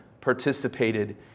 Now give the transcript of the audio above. participated